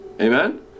Amen